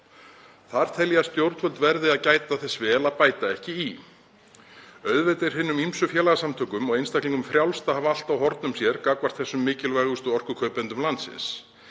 Þar tel ég að stjórnvöld verði að gæta þess vel að bæta ekki í. Auðvitað er hinum ýmsu félagasamtökum og einstaklingum frjálst að hafa allt á hornum sér gagnvart þessum mikilvægustu orkukaupendum landsins.